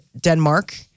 Denmark